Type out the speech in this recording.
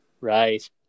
Right